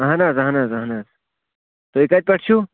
اَہن حظ اَہن حظ اَہن حظ تُہۍ کَتہِ پٮ۪ٹھ چھُو